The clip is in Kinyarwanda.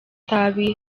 itabi